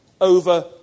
Over